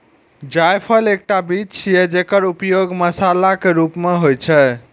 जायफल एकटा बीज छियै, जेकर उपयोग मसालाक रूप मे होइ छै